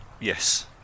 Yes